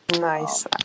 Nice